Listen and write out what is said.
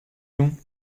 jûn